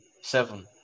seven